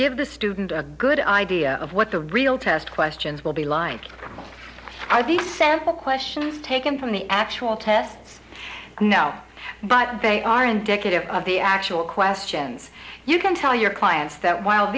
give the student a good idea of what the real test questions will be lined out of the sample question taken from the actual tests no but they are indicative of the actual questions you can tell your clients that while